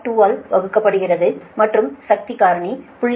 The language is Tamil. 2 ஆல் வகுக்கப்படுகிறது மற்றும் சக்தி காரணி 0